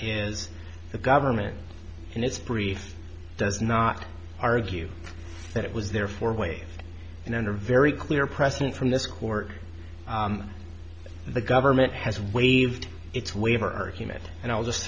is the government and its brief does not argue that it was there for way and under very clear precedent from this court the government has waived its waiver argument and i'll just